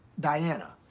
diana.